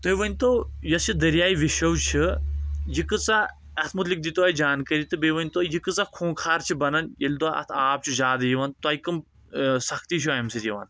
تُہۍ ؤنۍ تو یوٚس یہِ دریاے وِشو چھِ یہِ کۭژاہ اتھ مُتعلِق دیٖتو اسہِ زانٛکٲری تہٕ بیٚیہِ ؤنۍ تو یہِ کۭژاہ خوخار چھِ بنان ییٚلہِ تۄہہِ اتھ آب چھُ زیادٕ یِوان تۄہہِ کٕمۍ سختی چھِ امہِ سۭتۍ یِوان